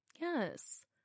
yes